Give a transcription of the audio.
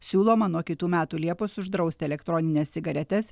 siūloma nuo kitų metų liepos uždrausti elektronines cigaretes